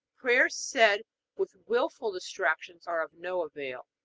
prayers said with wilful distractions are of no avail.